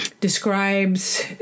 describes